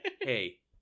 Hey